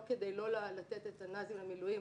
לא כדי לא לתת את הנ"זים למילואים.